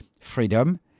freedom